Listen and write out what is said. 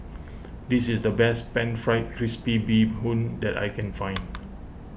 this is the best Pan Fried Crispy Bee Hoon that I can find